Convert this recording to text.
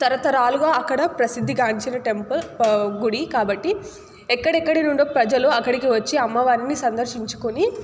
తరతరాలుగా అక్కడ ప్రసిద్ధిగాంచిన టెంపుల్ గుడి కాబట్టి ఎక్కడెక్కడినుండో ప్రజలు అక్కడికి వచ్చి అమ్మవారిని సందర్శించుకుని